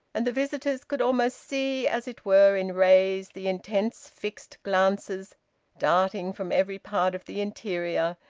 and the visitors could almost see, as it were in rays, the intense fixed glances darting from every part of the interior,